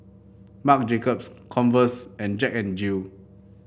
Marc Jacobs Converse and Jack N Jill